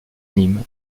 nîmes